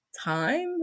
time